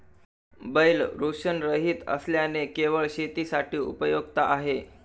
बैल वृषणरहित असल्याने केवळ शेतीसाठी उपयुक्त आहे